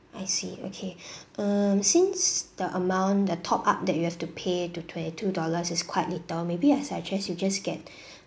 I see okay um since the amount the top up that you have to pay to twenty two dollars is quite little maybe I suggest you just get